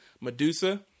Medusa